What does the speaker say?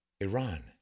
Iran